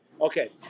Okay